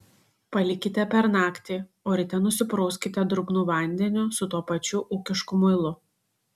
palikite per naktį o ryte nusiprauskite drungnu vandeniu su tuo pačiu ūkišku muilu